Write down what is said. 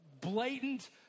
blatant